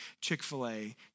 Chick-fil-A